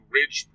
Ridge